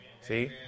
See